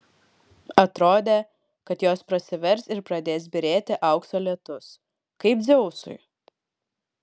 atrodė kad jos prasivers ir pradės byrėti aukso lietus kaip dzeusui